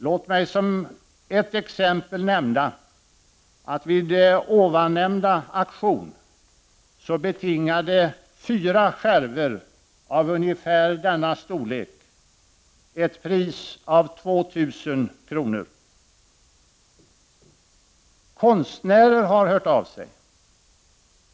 Låt mig som exempel nämna att vid ovannämda auktion betingade fyra skärvor av ungefär denna storlek ett pris av 2000 kr. Konstnärer har hört av sig.